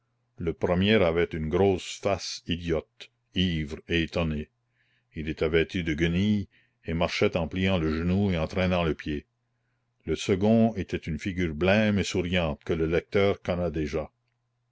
le premier avait une grosse face idiote ivre et étonnée il était vêtu de guenilles et marchait en pliant le genou et en traînant le pied le second était une figure blême et souriante que le lecteur connaît déjà